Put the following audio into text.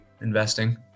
investing